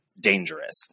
dangerous